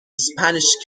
spanish